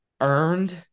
earned